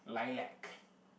Lilac